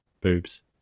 boobs